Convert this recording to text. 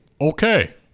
Okay